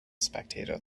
spectator